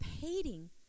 hating